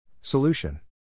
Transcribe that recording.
Solution